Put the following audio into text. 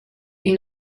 die